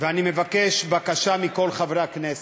ואני מבקש בקשה מכל חברי הכנסת,